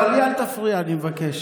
אבל אל תפריע לי, אני מבקש.